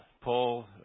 paul